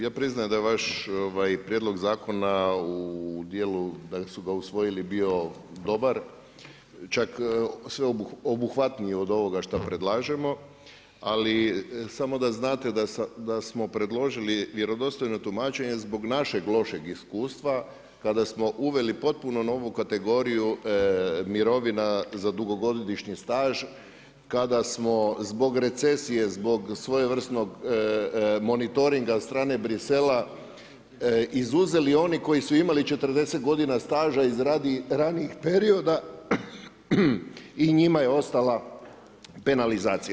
Ja priznajem da je vaš prijedlog zakona u djelu da su ga usvojili bio dobar, čak sveobuhvatniji od ovoga šta predlažemo, ali samo da znate da smo predložili vjerodostojno tumačenje zbog našeg lošeg iskustva kada smo uveli potpuno novu kategoriju mirovina za dugogodišnji staž kada smo zbog recesije, zbog svojevrsnog monitoringa od strane Bruxellesa izuzeli one koji su imali 40 godina staža iz ranijih perioda i njima je ostala penalizacija.